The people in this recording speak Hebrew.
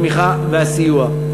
התמיכה והסיוע.